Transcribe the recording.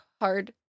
hard